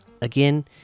again